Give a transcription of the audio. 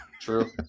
True